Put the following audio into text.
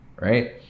right